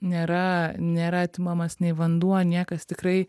nėra nėra atimamas nei vanduo niekas tikrai